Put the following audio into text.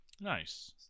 Nice